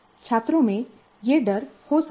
छात्रों में यह डर हो सकता है